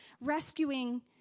rescuing